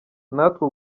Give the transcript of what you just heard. natwe